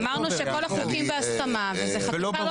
כן, אמרנו שכל החוקים בהסכמה וזו חקיקה לא בהסכמה.